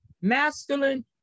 masculine